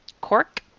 Cork